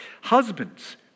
Husbands